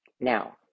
Now